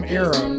era